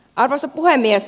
arvoisa puhemies